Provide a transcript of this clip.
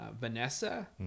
Vanessa